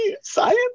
science